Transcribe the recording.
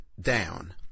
down